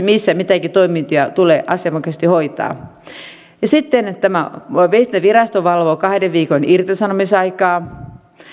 missä mitäkin toimintoja tulee asianmukaisesti hoitaa sitten tämä viestintävirasto valvoo kahden viikon irtisanomisaikaa